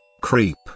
Creep